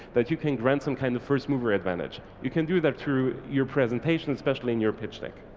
that you can grant some kind of first mover advantage. you can do that through your presentation especially in your pitch deck.